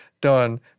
done